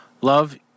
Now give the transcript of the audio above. Love